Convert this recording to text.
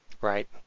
Right